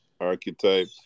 archetype